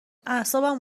اعصابم